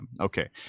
Okay